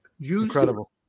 Incredible